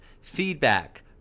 feedback